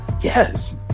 Yes